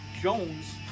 Jones